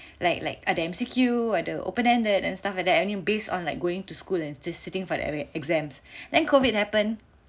like like ada M_C_Q ada open ended and stuff like that and you based on like going to school and sit~ sitting for the exams then COVID happened